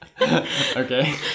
Okay